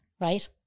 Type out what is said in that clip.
Right